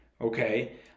okay